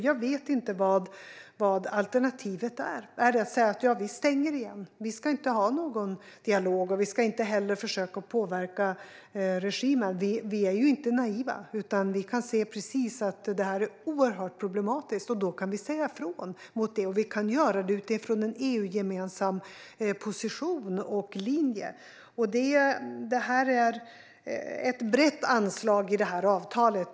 Jag vet inte vad alternativet är. Är det att stänga igen, att inte ha någon dialog och inte försöka påverka regimen? Vi är ju inte naiva, utan vi kan se att detta är oerhört problematiskt. Då kan vi säga ifrån, och vi kan göra det utifrån en EU-gemensam position och linje. Det är ett brett anslag i avtalet.